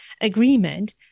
agreement